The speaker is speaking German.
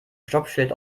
stoppschild